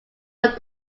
but